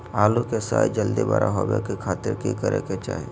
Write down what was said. आलू के साइज जल्दी बड़ा होबे के खातिर की करे के चाही?